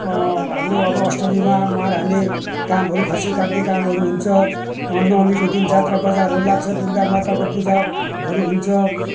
हाम्रो अब अष्टमीमा मार हान्ने कामहरू खसी काट्ने कामहरू हुन्छ नवमीको दिन जात्रा बजारहरू लाग्छ दुर्गामाताको पूजाहरू हुन्छ